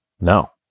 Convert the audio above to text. No